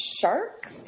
shark